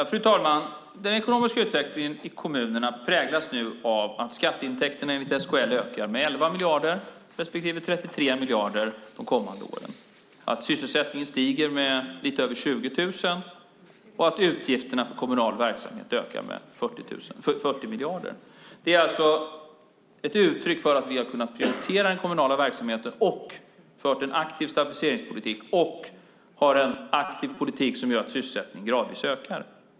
Fru talman! Den ekonomiska utvecklingen i kommunerna präglas nu av att skatteintäkterna enligt SKL ökar med 11 miljarder respektive 33 miljarder de kommande åren. Sysselsättningen stiger med lite över 20 000, och utgifterna för kommunal verksamhet ökar med 40 miljarder. Det är ett uttryck för att vi har kunnat prioritera den kommunala verksamheten, fört en aktiv stabiliseringspolitik och har en aktiv politik som gör att sysselsättningen gradvis ökar.